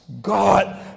God